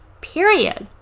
period